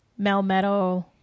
Melmetal